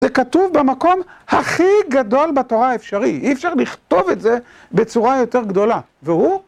זה כתוב במקום הכי גדול בתורה האפשרי, אי אפשר לכתוב את זה בצורה יותר גדולה, והוא?